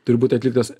turi būti atliktas